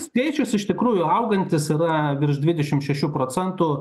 skaičius iš tikrųjų augantis yra virš dvidešim šešių procentų